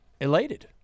elated